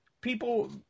people